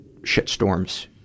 shitstorms